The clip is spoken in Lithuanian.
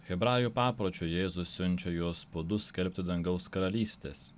hebrajų papročiu jėzus siunčia jos po du skelbti dangaus karalystės